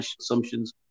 assumptions